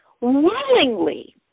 willingly